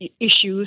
issues